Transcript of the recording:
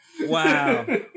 Wow